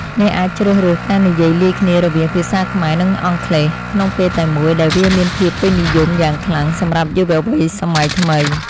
អ្នកអាចជ្រើសរើសការនិយាយលាយគ្នារវាងភាសាខ្មែរ និងអង់គ្លេសក្នុងពេលតែមួយដែលវាមានភាពពេញនិយមយ៉ាងខ្លាំងសម្រាប់យុវវ័យសម័យថ្មី។